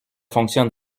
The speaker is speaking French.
fonctionne